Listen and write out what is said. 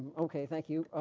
okay thank you.